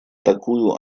такую